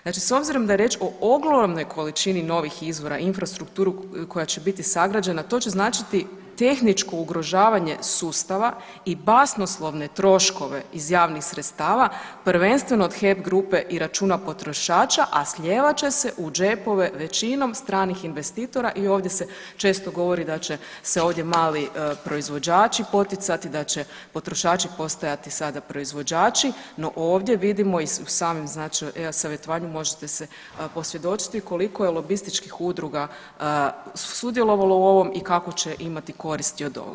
Znači s obzirom da je riječ o ogromnoj količini novih izvora i infrastrukturu koja će biti sagrađena to će značiti tehničko ugrožavanje sustava i basnoslovne troškove iz javnih sredstava, prvenstveno od HEP grupe i računa potrošača, a slijevat će se u džepove većinom stranih investitora i ovdje se često govori da će se ovdje mali proizvođači poticati, da će potrošači postajati sada proizvođači, no ovdje vidimo i u samom e-savjetovanju možete se posvjedočiti koliko je lobističkih udruga sudjelovalo u ovom i kakvu će imati koristi odo ovog.